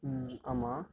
ம் ஆமாம்